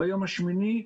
ביום השמיני,